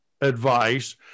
advice